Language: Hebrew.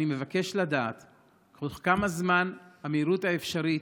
אני מבקש לדעת בתוך כמה זמן, במהירות האפשרית,